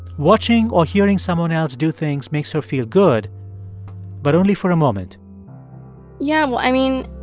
watching or hearing someone else do things makes her feel good but only for a moment yeah. well, i mean,